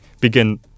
begin